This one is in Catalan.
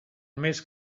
més